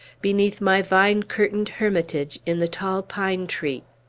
beneath my vine curtained hermitage in the tall pine-tree.